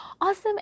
awesome